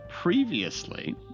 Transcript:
previously